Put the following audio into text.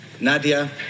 Nadia